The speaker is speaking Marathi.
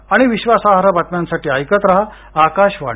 आणि विश्वासार्ह बातम्यांसाठी ऐकत रहा आकाशवाणी